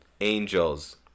angels